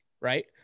right